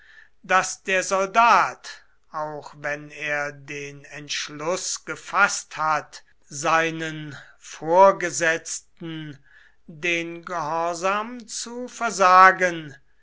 daß der soldat auch wenn er den entschluß gefaßt hat seinen vorgesetzten den gehorsam zu versagen